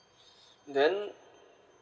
then